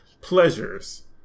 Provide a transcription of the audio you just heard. pleasures